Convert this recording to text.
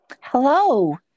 hello